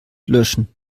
löschen